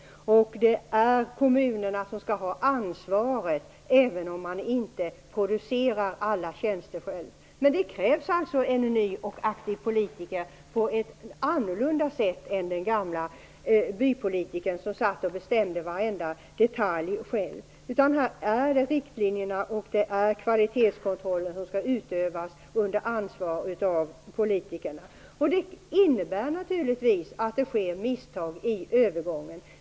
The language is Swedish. Det är kommunerna som skall ha ansvaret, även om man inte producerar alla tjänster själv. Det krävs alltså en ny och aktiv politiker som fungerar på ett annat sätt än den gamla bypolitikern som satt och bestämde varenda detalj själv. Nu är det riktlinjerna som skall följas och kvalitetskontrollen som skall utövas under politikernas ansvar. Det innebär naturligtvis att det sker misstag i övergången.